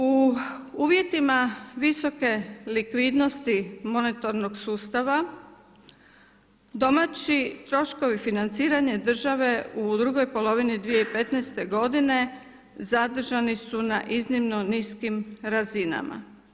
U uvjetima visoke likvidnosti monetarnog sustava domaći troškovi financiranja države u drugoj polovini 2015. godine zadržani su na iznimno niskim razinama.